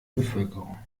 bevölkerung